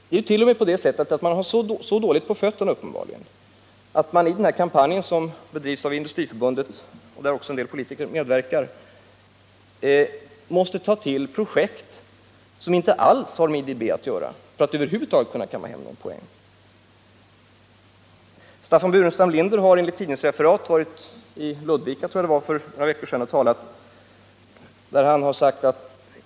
Det är t.o.m. på det sättet att man uppenbarligen har så dåligt på fötterna att man i denna kampanj, som drivs av Industriförbundet med medverkan av en del politiker, måste ta till projekt som inte alls har med IDB att göra för att över huvud taget kunna kamma hem någon poäng. Staffan Burenstam Linder har enligt tidningsreferat för några veckor sedan varit och talat i Ludvika — tror jag det var.